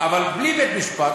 אבל בלי בית-משפט,